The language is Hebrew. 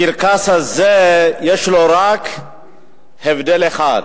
הקרקס הזה, יש רק הבדל אחד: